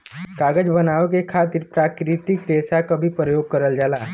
कागज बनावे के खातिर प्राकृतिक रेसा क भी परयोग करल जाला